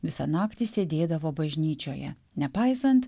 visą naktį sėdėdavo bažnyčioje nepaisant